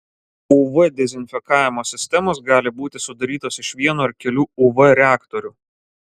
uv dezinfekavimo sistemos gali būti sudarytos iš vieno ar kelių uv reaktorių